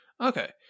Okay